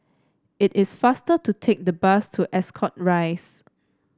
it is faster to take the bus to Ascot Rise